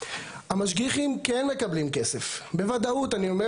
המשגיחים כן מקבלים כסף, בוודאות אני אומר.